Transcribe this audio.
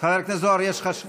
חבר הכנסת זוהר, יש לך,